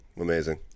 Amazing